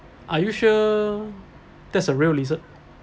are you sure that's a real lizard ya